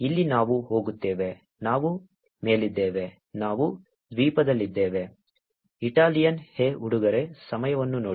ಇಲ್ಲಿ ನಾವು ಹೋಗುತ್ತೇವೆ ನಾವು ಮೇಲಿದ್ದೇವೆ ನಾವು ದ್ವೀಪದಲ್ಲಿದ್ದೇವೆ ಇಟಾಲಿಯನ್ ಹೇ ಹುಡುಗರೇ